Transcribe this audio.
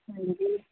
ਹਾਂਜੀ